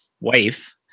wife